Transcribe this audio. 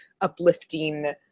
uplifting